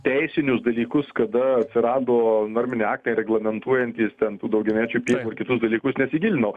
teisinius dalykus kada atsirado norminiai aktai reglamentuojantys ten tų daugiamečių pievų ir kitus dalykus nesigilinau